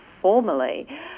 formally